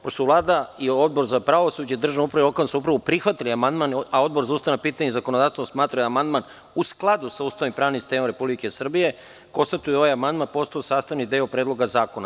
Pošto su Vlada i Odbor za pravosuđe, državnu upravu i lokalnu samoupravu prihvatili amandman, a Odbor za ustavna pitanja i zakonodavstvo smatra da je amandman u skladu sa Ustavom i pravnim sistemom Republike Srbije, konstatujem da je ovaj amandman postao sastavni deo Predloga zakona.